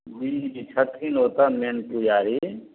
बीरजी छथिन ओतऽ मेन पुजारी